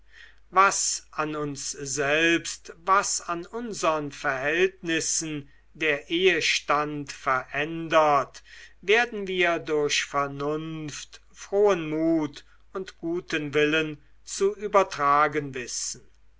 was an uns selbst was an unsern verhältnissen der ehestand verändert werden wir durch vernunft frohen mut und guten willen zu übertragen wissen